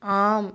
ஆம்